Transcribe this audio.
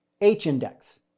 H-Index